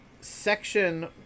section